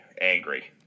angry